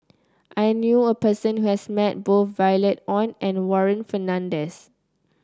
I knew a person who has met both Violet Oon and Warren Fernandez